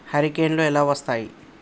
హరికేన్లు ఎలా వస్తాయి?